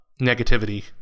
negativity